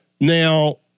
now